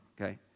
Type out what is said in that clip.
okay